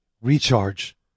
recharge